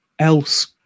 else